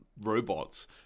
robots